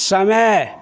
समय